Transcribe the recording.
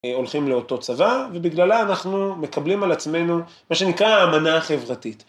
הולכים לאותו צבא, ובגללה אנחנו מקבלים על עצמנו מה שנקרא האמנה החברתית.